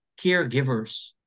caregivers